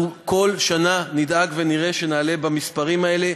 אנחנו כל שנה נדאג ונראה שנעלה במספרים האלה.